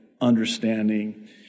understanding